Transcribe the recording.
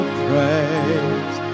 praise